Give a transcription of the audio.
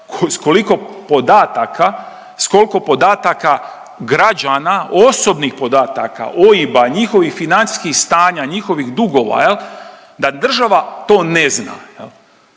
s koliko podataka, s kolko podataka građana, osobnih podataka, OIB-a, njihovih financijskih stanja, njihovih dugova da država to ne zna.